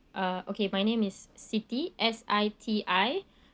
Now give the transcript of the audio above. uh okay my name is siti S I T I